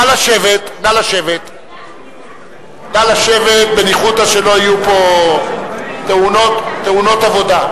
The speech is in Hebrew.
נא לשבת בניחותא, שלא יהיו פה תאונות עבודה.